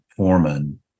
Foreman